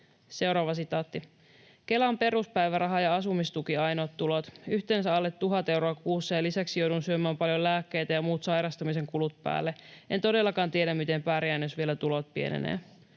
on todellinen.” ”Kelan peruspäiväraha ja asumistuki ovat ainoat tulot. Yhteensä alle tuhat euroa kuussa, ja lisäksi joudun syömään paljon lääkkeitä, ja muut sairastamisen kulut päälle. En todellakaan tiedä, miten pärjään, jos vielä tulot pienenee.”